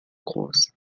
groß